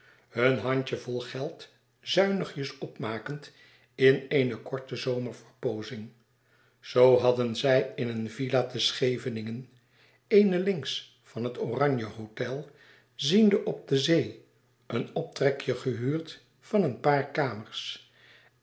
hun handjevol geld zuinigjes opmakend in eene korte zomerverpoozing zoo hadden zij in een villa te scheveningen eene links van het oranje hôtel ziende op de zee een optrekje gehuurd van een paar kamers